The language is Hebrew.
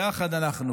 יחד אנחנו,